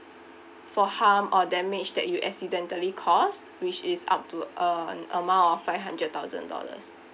for harm or damage that you accidentally cause which is up to uh amount of five hundred thousand dollars